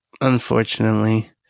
Unfortunately